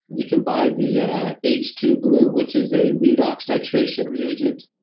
you can buy the ah h two blue, which is a redox titration reagent,